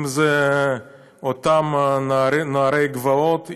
אם זה אותם נערי גבעות,